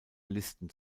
listen